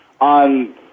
on